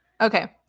Okay